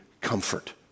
comfort